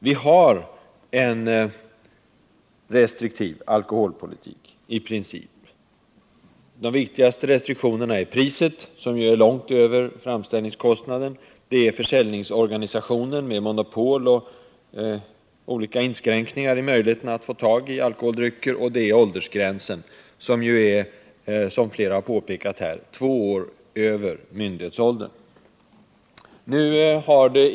Vi har i princip en restriktiv alkoholpolitik. De viktigaste restriktionerna är priset, som är betydligt högre än framställningskostnaden, vidare försäljningsorganisationen med monopol och olika inskränkningar i möjligheten att få tag i alkoholdrycker samt åldersgränsen, som ju — som flera har påpekat — ligger två år över myndighetsåldern.